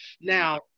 Now